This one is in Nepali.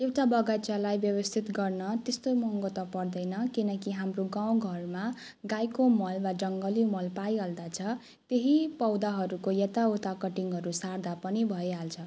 एउटा बगैँचालाई व्यवस्थित गर्न त्यस्तो महँगो त पर्दैन किनकि हाम्रो गाउँघरमा गाईको मल वा जङ्गली मल पाइहाल्दछ त्यही पौधाहरूको यताउता कटिङहरू सार्दा पनि भइहाल्छ